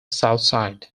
southside